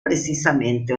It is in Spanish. precisamente